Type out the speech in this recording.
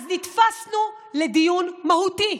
אז נתפסנו לדיון מהותי.